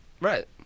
Right